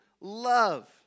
love